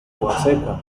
fonseca